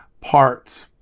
parts